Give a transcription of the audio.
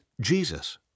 Jesus